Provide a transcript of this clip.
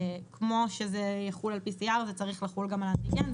כמו שזה יחול על PCR, זה צריך לחול גם על אנטיגן.